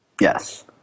Yes